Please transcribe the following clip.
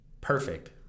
perfect